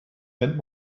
and